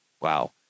Wow